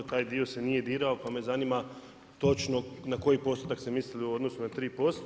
Taj dio se nije dirao, pa me zanima točno, na koji postotak ste mislili u odnosu na 3%